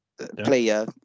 player